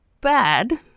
bad